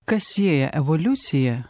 kas sieja evoliuciją